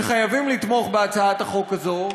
שחייבים לתמוך בהצעת החוק הזאת,